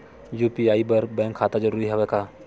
UPI बर bank खाता जरूरी हवय का?